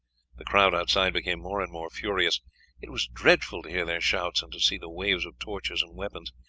the crowd outside became more and more furious it was dreadful to hear their shouts and to see the waving of torches and weapons.